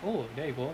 oh there you go